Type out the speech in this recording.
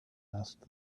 asked